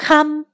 Come